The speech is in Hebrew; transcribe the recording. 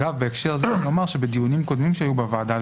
בהקשר זה אומר שבדיונים קודמים שהיו בוועדה,